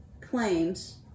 claims